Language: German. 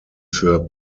für